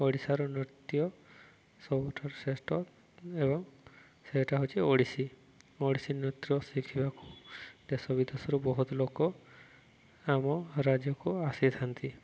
ଓଡ଼ିଶାର ନୃତ୍ୟ ସବୁଠାରୁ ଶ୍ରେଷ୍ଠ ଏବଂ ସେଟା ହେଉଛି ଓଡ଼ିଶୀ ଓଡ଼ିଶୀ ନୃତ୍ୟ ଶିଖିବାକୁ ଦେଶ ବିଦେଶରୁ ବହୁତ ଲୋକ ଆମ ରାଜ୍ୟକୁ ଆସିଥାନ୍ତି